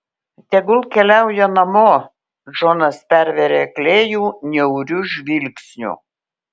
tegul keliauja namo džonas pervėrė klėjų niauriu žvilgsniu